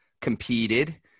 competed